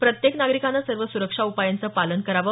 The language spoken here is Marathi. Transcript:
प्रत्येक नागरिकाने सर्व सुरक्षा उपायांचं पालन करावं